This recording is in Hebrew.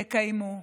תקיימו.